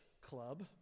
club